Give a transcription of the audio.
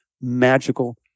magical